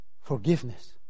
Forgiveness